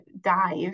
dive